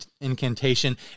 incantation